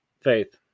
Faith